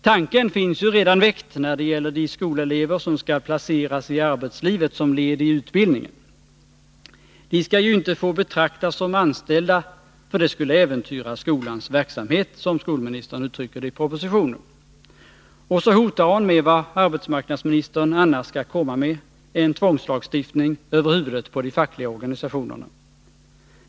Tanken finns redan väckt när det gäller de skolelever som skall placeras i arbetslivet som ett led i utbildningen. De skall ju inte få betraktas som anställda, för det skulle äventyra skolans verksamhet, som skolministern uttrycker det i propositionen. Och så hotar hon med vad arbetsmarknadsministern annars skall komma med — en tvångslagstiftning över huvudet på de fackliga organisationerna.